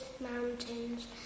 mountains